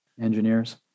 engineers